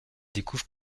découvre